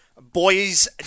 boys